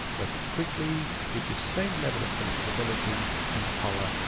but quickly with the same level of flexibility and power.